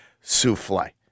souffle